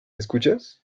escuchas